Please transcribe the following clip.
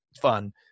fun